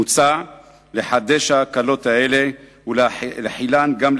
מוצע לחדש את ההקלות האלה ולהחילן גם על